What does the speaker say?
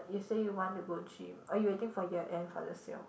you say want to go gym or you waiting for year end for the sale